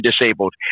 disabled